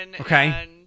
Okay